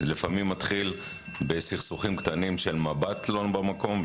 לפעמים זה מתחיל בסכסוכים קטנים של מבט לא במקום,